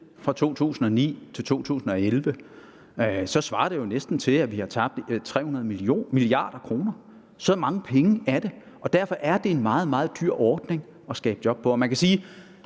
fra 2009 til 2011, svarer det jo næsten til, at vi har tabt 300 mia. kr. Så mange penge drejer det sig om. Derfor er det en meget, meget dyr ordning at skabe job med. Man kan sige,